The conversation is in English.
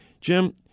Jim